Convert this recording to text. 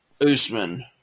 Usman